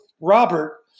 Robert